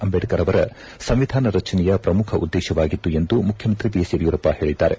ಅಂಬೇಡ್ಕರ್ ಅವರ ಸಂವಿಧಾನ ರಚನೆಯ ಪ್ರಮುಖ ಉದ್ದೇಶವಾಗಿತ್ತು ಎಂದು ಮುಖ್ಯಮಂತ್ರಿ ಬಿಎಸ್ ಯಡಿಯೂರಪ್ಪ ಹೇಳಿದ್ದಾರೆ